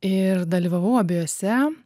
ir dalyvavau abiejose